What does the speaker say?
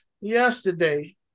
yesterday